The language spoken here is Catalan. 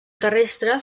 terrestre